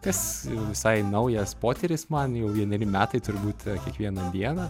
kas jau visai naujas potyris man jau vieneri metai turbūt kiekvieną dieną